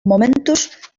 momentuz